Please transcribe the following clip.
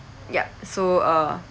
ya so uh